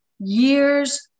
years